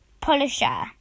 polisher